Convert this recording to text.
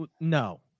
No